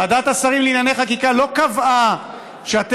ועדת השרים לענייני חקיקה לא קבעה שאתם